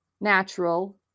natural